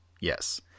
Yes